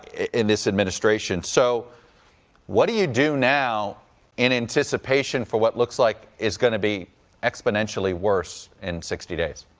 in this administration. so what do you do now in anticipation for what looks like is going to be exponentially worse of and sixty days?